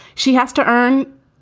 she has to earn,